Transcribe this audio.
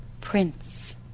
Prince